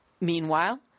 Meanwhile